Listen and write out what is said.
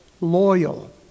loyal